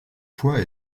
poids